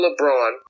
LeBron